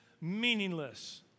meaningless